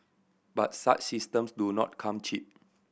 but such systems do not come cheap